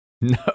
No